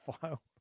file